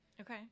Okay